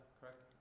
correct